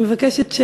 אני מבקשת שכולנו,